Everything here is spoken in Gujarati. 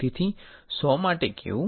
તેથી 100 માટે કેવુ